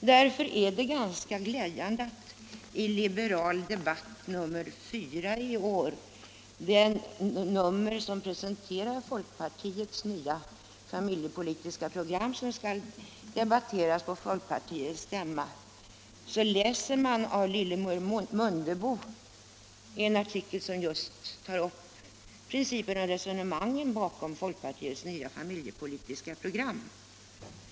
Därför är det ganska glädjande att i Liberal debatt nr 4 i år — det nummer som presenterar folkpartiets nya familjepolitiska program, som skall debatteras på folkpartiets stämma — läsa en artikel av Lillemor Mundebo som tar upp principerna och resonemangen bakom detta nya program.